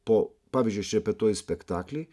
po pavyzdžiui aš repetuoju spektaklį